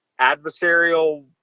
adversarial